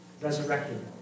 Resurrected